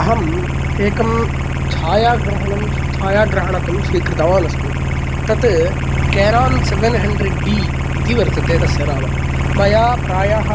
अहम् एकं छायाग्रहणं छायाग्रहणकं स्वीकृतवान् अस्मि तत् केनोन् सेवेन् हण्ड्रेड् डी इति वर्तते तस्य नाम मया प्रायः